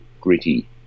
gritty